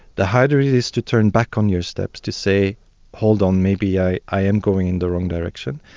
the harder it is to turn back on your steps, to say hold on, maybe i i am going in the wrong direction,